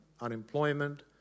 unemployment